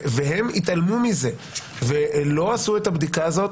והם התעלמו מזה ולא עשו את הבדיקה הזו,